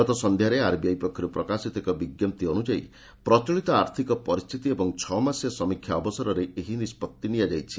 ଗତ ସନ୍ଧ୍ୟାରେ ଆର୍ଚ୍ବିଆଇ ପକ୍ଷରୁ ପ୍ରକାଶିତ ଏକ ବିଞ୍ଜପ୍ତି ଅନୁଯାୟୀ ପ୍ରଚଳିତ ଆର୍ଥିକ ପରିସ୍ଥିତି ଏବଂ ଛଅମାସିଆ ସମୀକ୍ଷା ଅବସରରେ ଏହି ନିଷ୍କଭି ନିଆଯାଇଛି